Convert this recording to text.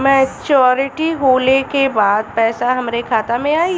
Maturity होले के बाद पैसा हमरे खाता में आई?